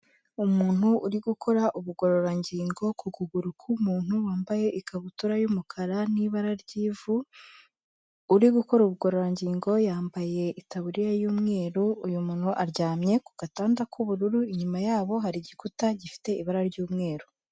Umuntu uri gukora ubugororangingo ku kuguru k'umuntu wambaye ikabutura y'umukara n'ibara ry'ivu, uri gukora ubugororangingo yambaye itaburiya y'umweru uyu muntu aryamye ku gatanda k'ubururu, inyuma yabo hari igikuta gifite ibara ry'umweru.